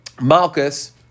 Malchus